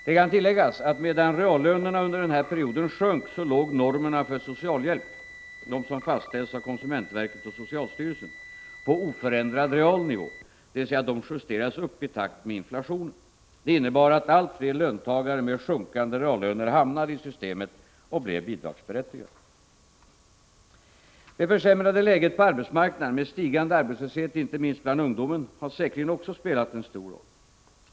Det kan tilläggas att medan reallönerna under den här perioden sjönk, låg normerna för socialhjälp — som fastställs av konsumentverket och socialstyrelsen — på oförändrad real nivå, dvs. de justerades uppåt i takt med inflationen. Det innebar att allt fler löntagare med sjunkande reallöner hamnade i systemet och blev bidragsberättigade. Det försämrade läget på arbetsmarknaden med stigande arbetslöshet, inte minst bland ungdom, har säkerligen också spelat en stor roll.